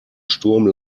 sturm